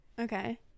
okay